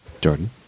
Jordan